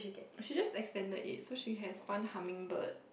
she just extended it so she has one hummingbird